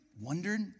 wondered